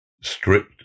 strict